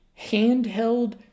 handheld